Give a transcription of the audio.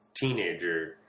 teenager